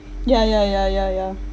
ya ya ya ya ya